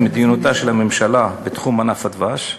מדיניותה של הממשלה בתחום ענף הדבש,